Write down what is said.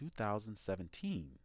2017